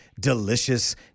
delicious